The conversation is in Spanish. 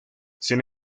sin